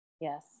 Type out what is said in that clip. Yes